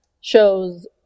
shows